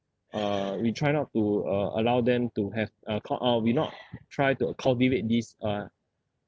uh we try not to uh allow them to have a cul~ uh we not try to cultivate this uh